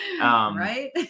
Right